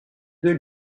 deux